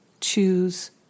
choose